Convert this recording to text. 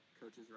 coaches